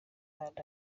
imana